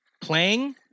playing